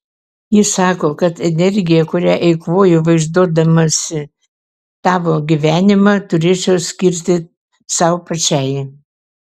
ji sako kad energiją kurią eikvoju vaizduodamasi tavo gyvenimą turėčiau skirti sau pačiai